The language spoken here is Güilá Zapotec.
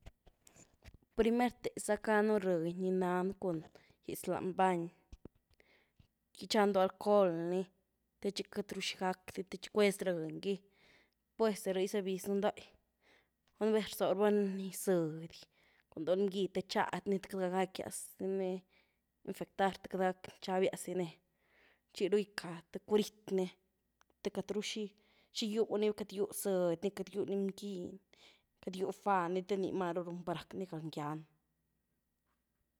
Primerte gyzacanu rëyny ni nanu cun gytz lan-bany, gytchanudó alcohol ni, te txi uity ru xi gakdiny te txi cuez rëyny gy, después de ni gyzabyz un ny dogy, gulá nu’ vez rzob raba niz sëdy cun dío lim-gy te txady ny te queity gakias ni infectar, te queity gak-nxabias di ni, txi ru gyká th curit në te queity rú xi gyúni, queity rú gyú sëdy ni, queity gyú lim-gy ni, queity gyú fá ni te ni máru ru par gani gal-ngyan.